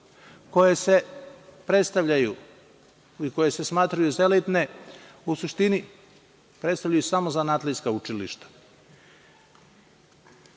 koje se predstavljaju i koje se smatraju za elitne, u suštini predstavljaju samo zanatlijska učilišta.